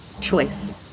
choice